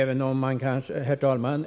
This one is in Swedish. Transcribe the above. Herr talman!